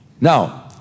Now